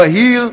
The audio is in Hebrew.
בהיר,